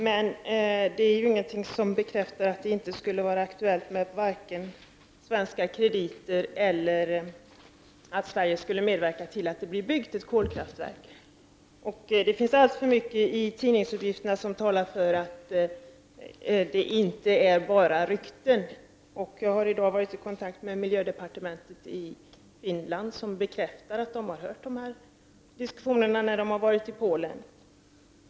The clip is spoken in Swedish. Men det är ingenting som bekräftar att det inte skulle vara aktuellt med vare sig svenska krediter eller svensk medverkan vid byggande av kolkraftverk. Det finns alldeles för mycket i tidningsuppgifterna som talar för att det inte är fråga om bara rykten. Jag har i dag varit i kontakt med miljödepartementet i Finland. Personer från miljödepartementet bekräftar att de har hört dessa diskussioner när de har varit i Polen.